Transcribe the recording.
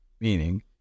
meaning